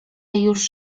już